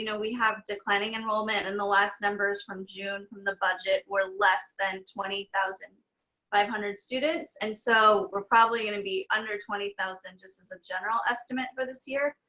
you know we have declining enrollment and the last numbers from june from the budget, we're less than twenty thousand five hundred students. and so we're probably gonna be under twenty thousand just as a general estimate for this year.